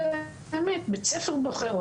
בית הספר בוחר,